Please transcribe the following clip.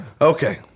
okay